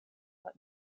but